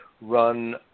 run